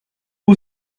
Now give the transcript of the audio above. who